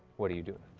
what do you do?